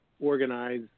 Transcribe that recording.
organize